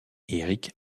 eric